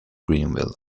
greenville